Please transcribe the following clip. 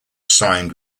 signed